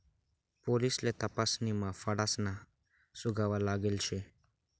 पोलिससले तपासणीमा फसाडाना सुगावा लागेल शे